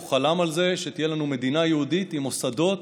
הוא חלם על זה שתהיה לנו מדינה יהודית עם מוסדות